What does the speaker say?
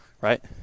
right